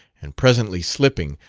and presently slipping,